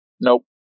Nope